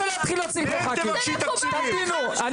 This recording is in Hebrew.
זה מקובל עלייך, הוא מאיים על מנהלת כפר נוער.